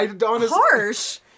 Harsh